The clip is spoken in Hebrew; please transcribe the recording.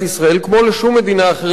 כמו לשום מדינה אחרת בעולם,